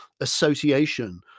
association